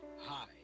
Hi